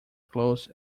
clothes